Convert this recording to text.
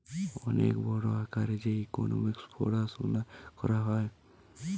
অনেক বড় আকারে যে ইকোনোমিক্স পড়াশুনা করা হয়